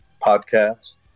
podcasts